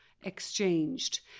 exchanged